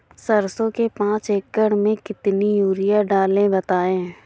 सरसो के पाँच एकड़ में कितनी यूरिया डालें बताएं?